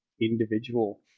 individual